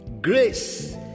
Grace